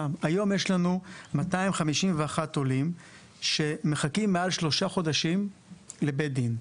היום יש לנו 251 עולים שמחכים מעל 3 חודשים לבית דין.